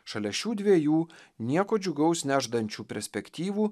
šalia šių dviejų nieko džiugaus nežadančių perspektyvų